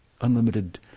unlimited